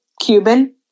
Cuban